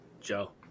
Joe